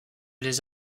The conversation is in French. les